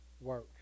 work